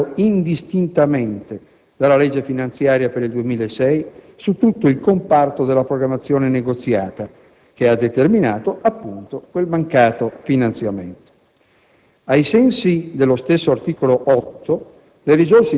almeno parziale, del drastico taglio dei fondi operato indistintamente dalla legge finanziaria per il 2006 su tutto il comparto della programmazione negoziata, che ha determinato appunto quel mancato finanziamento.